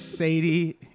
Sadie